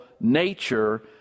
nature